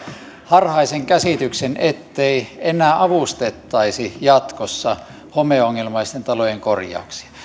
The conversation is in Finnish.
harhaisen käsityksen ettei enää avustettaisi jatkossa homeongelmaisten talojen korjauksia